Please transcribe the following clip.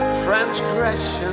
transgression